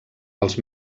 els